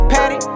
Patty